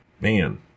Man